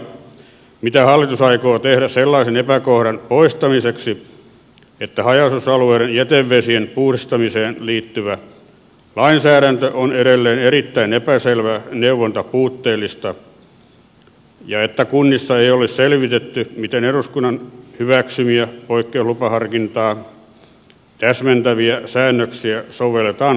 mitä hallitus aikoo tehdä sellaisen epäkohdan poistamiseksi että haja asutusalueiden jätevesien puhdistamiseen liittyvä lainsäädäntö on edelleen erittäin epäselvää ja neuvonta puutteellista ja että kunnissa ei ole selvitetty miten eduskunnan hyväksymiä poikkeuslupaharkintaa täsmentäviä säännöksiä sovelletaan käytännössä